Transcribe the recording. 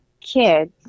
kids